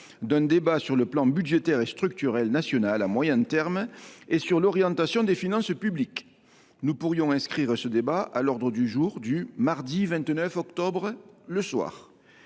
d’un débat sur le plan budgétaire et structurel national à moyen terme et sur l’orientation des finances publiques. Nous pourrions inscrire ce débat à l’ordre du jour du mardi 29 octobre, le soir.